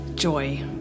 Joy